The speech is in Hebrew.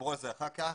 ידברו על זה אחר כך.